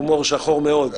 הומור שחור מאוד.